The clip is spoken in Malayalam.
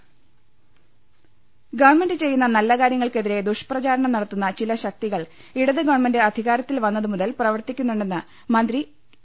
രുട്ട്ട്ട്ട്ട്ട്ട്ട ഗവൺമെന്റ് ചെയ്യുന്ന നല്ല കാർ്യങ്ങൾക്കെതിരെ ദുഷ്പ്രചാരണം നട ത്തുന്ന ചില ശക്തികൾ ഇടത് ഗവൺമെന്റ് അധികാരത്തിൽ വന്നതുമുതൽ പ്രവർത്തിക്കുന്നുണ്ടെന്ന് മന്ത്രി എ